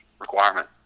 requirement